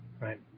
right